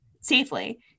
safely